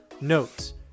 notes